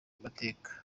amateka